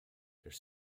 there